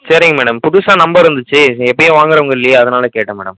சரிங்க மேடம் புதுசாக நம்பர் இருந்துச்சு எப்போயும் வாங்குகிறவங்க இல்லையே அதனால் கேட்டேன் மேடம்